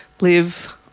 live